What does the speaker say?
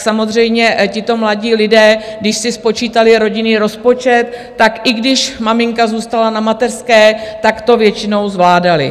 Samozřejmě tito mladí lidé, když si spočítali rodinný rozpočet, tak i když maminka zůstala na mateřské, tak to většinou zvládali.